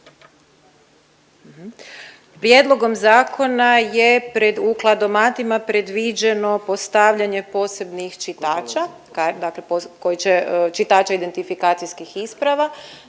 Prijedlogom zakona je pred u kladomatima predviđeno postavljanje posebnih čitača, dakle koji će čitača identifikacijskih isprava.